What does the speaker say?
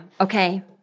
Okay